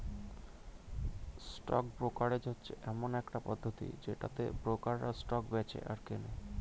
stock brokerage হচ্ছে এমন একটা পদ্ধতি যেটাতে ব্রোকাররা স্টক বেঁচে আর কেনে